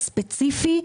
הספציפי,